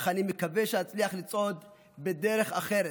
אך אני מקווה שאצליח לצעוד בדרך אחרת,